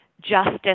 justice